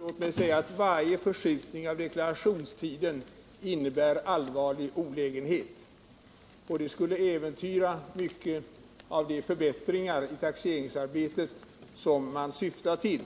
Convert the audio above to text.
Herr talman! En förlängning av deklarationstiden innebär en allvarlig olägenhet. En sådan åtgärd skulle avsevärt reducera den förbättring av taxeringen som man syftar till.